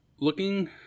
Looking